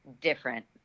different